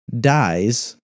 dies